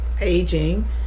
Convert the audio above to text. aging